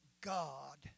God